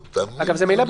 הארכת התוקף הקבוע בהן.